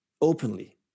openly